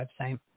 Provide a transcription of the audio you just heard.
website